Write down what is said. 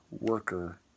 worker